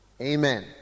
Amen